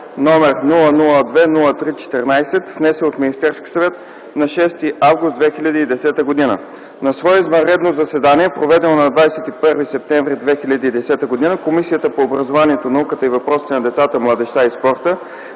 № 002-03-14, внесен от Министерския съвет на 06.08.2010 г. На свое извънредно заседание, проведено на 21.09.2010 г., Комисията по образованието, науката и въпросите на децата, младежта и спорта